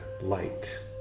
light